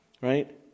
right